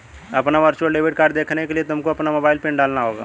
अपना virtual debit card देखने के लिए तुमको अपना मोबाइल पिन डालना होगा